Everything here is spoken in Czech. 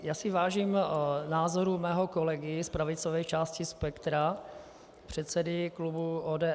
Já si vážím názoru svého kolegy z pravicové části spektra, předsedy klubu ODS.